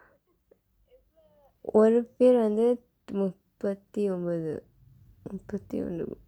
ஒரு பேர் வந்து முப்பத்தி ஒன்பது முப்பத்தி ஒன்பது:oru peer vandthu muppaththi onpathu muppaththi onpathu